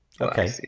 okay